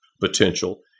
potential